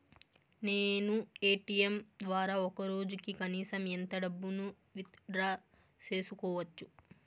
నేను ఎ.టి.ఎం ద్వారా ఒక రోజుకి కనీసం ఎంత డబ్బును విత్ డ్రా సేసుకోవచ్చు?